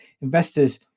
investors